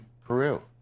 Peru